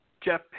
Jeff